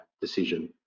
decision